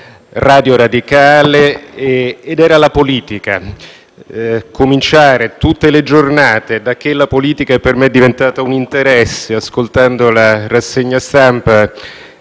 Radio Radicale ed era la politica. Cominciare tutte le giornate, da quando la politica per me è diventata un interesse, ascoltando la rassegna stampa